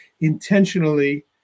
intentionally